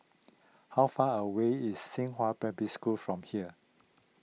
how far away is Xinghua Primary School from here